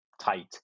tight